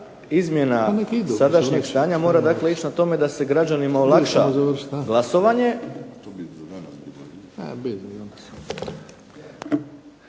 izmjena sadašnjeg stanja mora dakle ići na tome da se građanima olakša glasovanje,